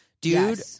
dude